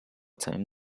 całym